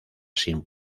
sin